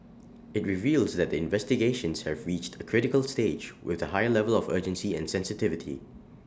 IT reveals that the investigations have reached A critical stage with higher level of urgency and sensitivity